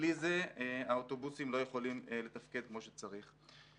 בלי זה האוטובוסים לא יכולים לתפקד כמו שצריך.